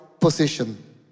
position